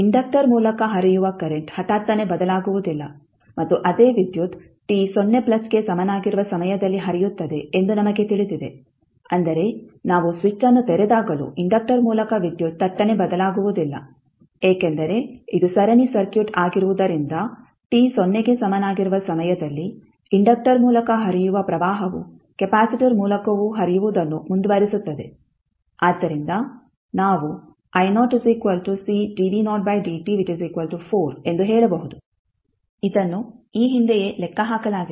inductor ಮೂಲಕ ಹರಿಯುವ current ಹಠಾತ್ತನೆ ಬದಲಾಗುವುದಿಲ್ಲ ಮತ್ತು ಅದೇ ವಿದ್ಯುತ್ t ಸೊನ್ನೆ ಪ್ಲಸ್ಗೆ ಸಮನಾಗಿರುವ ಸಮಯದಲ್ಲಿ ಹರಿಯುತ್ತದೆ ಎಂದು ನಮಗೆ ತಿಳಿದಿದೆ ಅಂದರೆ ನಾವು ಸ್ವಿಚ್ ಅನ್ನು ತೆರೆದಾಗಲೂ ಇಂಡಕ್ಟರ್ ಮೂಲಕ ವಿದ್ಯುತ್ ಥಟ್ಟನೆ ಬದಲಾಗುವುದಿಲ್ಲ ಏಕೆಂದರೆ ಇದು ಸರಣಿ ಸರ್ಕ್ಯೂಟ್ ಆಗಿರುವುದರಿಂದ t ಸೊನ್ನೆಗೆ ಸಮನಾಗಿರುವ ಸಮಯದಲ್ಲಿ ಇಂಡಕ್ಟರ್ ಮೂಲಕ ಹರಿಯುವ ಪ್ರವಾಹವು ಕೆಪಾಸಿಟರ್ ಮೂಲಕವೂ ಹರಿಯುವುದನ್ನು ಮುಂದುವರಿಸುತ್ತದೆ ಆದ್ದರಿಂದ ನಾವು ಎಂದು ಹೇಳಬಹುದು ಇದನ್ನು ಈ ಹಿಂದೆಯೇ ಲೆಕ್ಕ ಹಾಕಲಾಗಿದೆ